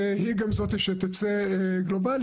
היא גם זאתי שתצא גלובלי,